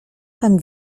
tam